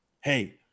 hey